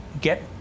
get